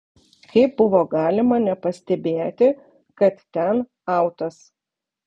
kaip buvo galima nepastebėti kad ten autas